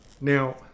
Now